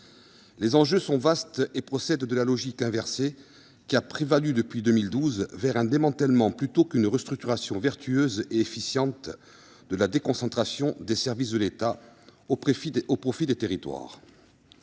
Les enjeux sont vastes et procèdent de la logique inversée qui a prévalu depuis 2012 : un démantèlement a eu lieu là où était nécessaire une restructuration vertueuse et efficiente de la déconcentration des services de l’État au profit des territoires.